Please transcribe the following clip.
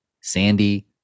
Sandy